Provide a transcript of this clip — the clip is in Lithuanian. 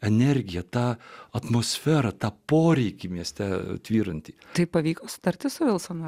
energiją tą atmosferą tą poreikį mieste tvyranti tai pavyks tartis su vilsonu